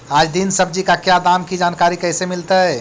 आज दीन सब्जी का क्या दाम की जानकारी कैसे मीलतय?